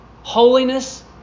holiness